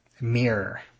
mirror